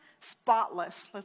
spotless